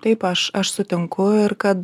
taip aš aš sutinku ir kad